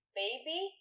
baby